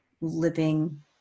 living